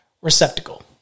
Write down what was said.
receptacle